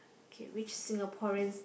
okay which Singaporeans